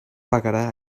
pagarà